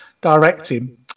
directing